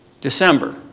December